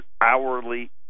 hourly